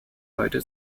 heute